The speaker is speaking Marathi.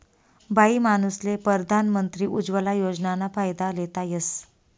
बाईमानूसले परधान मंत्री उज्वला योजनाना फायदा लेता येस